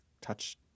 touch